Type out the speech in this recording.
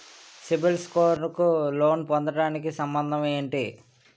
CIBIL score కు loan పొందటానికి సంబంధం ఏంటి?